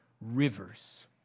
rivers